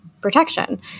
protection